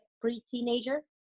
pre-teenager